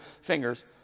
fingers